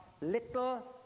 little